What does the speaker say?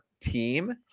team